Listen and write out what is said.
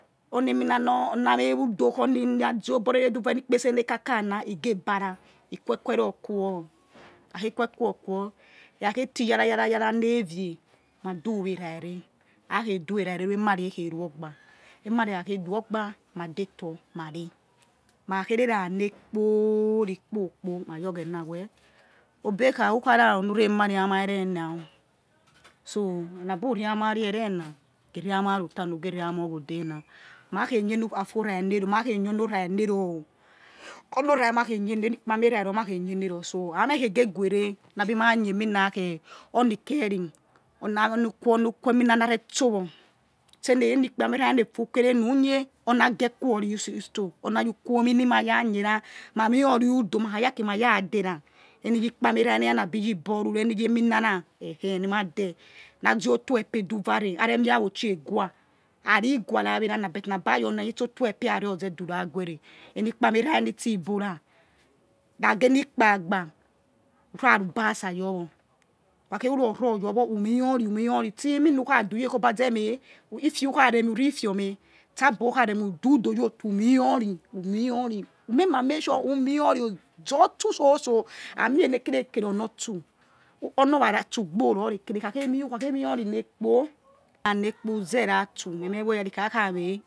Oni emi na̱ na mei udo o̱ na ze be̱ re re du̱ va̱ reh na enikpese ne̱ kaka na ige̱ gbara ikuekekere o kuwor he kha khei quekere o kuwor he̱ kha khei ti ja ra ya ra ne̱ vie du we rare akhe dọ erare emare ekheru ogba emare ekhakhe ru ogba madetor ma̱ re̱ ma̱ khakhei rera neh kpokporikpop ọ iyor oghena weh khi ogie obekha ọ who khara who̱ re̱ mare ya ma o̱ erena geh reh ama reh otama who geh reh ama reh oghodena ma khei nye ne ror ameh khegeguere na abi ma nye emi na khie oni keri ona iri onu kuwo emi na na re stor wo̱r steri eni ikpanmerah nefua ru̱ kerenu nye or na ghiequori utso oni ayi ukui omi ma ra nyerah mio ru udo na kha ya aki ma ra̱ deh erami eni iyi kpama erah neh ya na ballura eni iyikpi eminara ni ma deh na zoi otor ikpe duvare are re mie auchi eh guawa ha̱ ni guara erana but na ba yor na itse otoikpe razedura guwere enikpami era nitsi ibo̱ ra̱ na gi eni ikpagba uri arubasa your wor who kha kheruror ror your wow who mie or ri mio ri ste emi na kha du ye̱ ebi azame ifio ukhare mhe u iri ifio mhe abor ukhare mhe u̱ du udo yorotor who mie ori who meh ma make sure who mie ori zor tsu so̱so ami ene kire eke re onor otsu or nor ra otsu obor ro̱re kere ekhakhe mhe or who kha khei mch or nekpo anekpo uzera tsu meme wor eyara we kha kha mhe